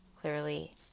clearly